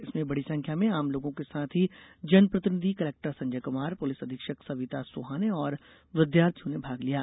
इसमें बडी संख्या में आमलोगों के साथ ही जनप्रतिनिधि कलेक्टर संजय कुमार पुलिस अधीक्षक सविता सोहाने और विद्यार्थियों ने भाग लिया